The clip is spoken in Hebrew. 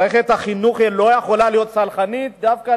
מערכת החינוך לא יכולה להיות סלחנית דווקא